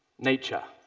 nature,